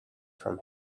from